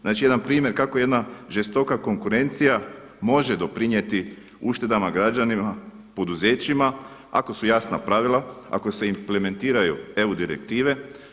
Znači jedan primjer kako jedna žestoka konkurencija može doprinijeti uštedama građanima, poduzećima ako su jasna pravila, ako se implementiraju EU direktive.